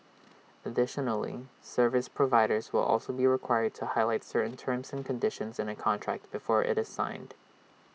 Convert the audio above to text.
additionally service providers will also be required to highlight certain terms and conditions in A contract before IT is signed